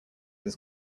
his